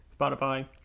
Spotify